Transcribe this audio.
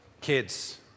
Kids